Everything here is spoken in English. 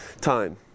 time